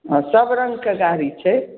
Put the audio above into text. हँ सब रङ्गके गाड़ी छै